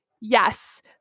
yes